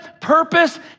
purpose